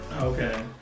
Okay